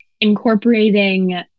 incorporating